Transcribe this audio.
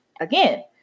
again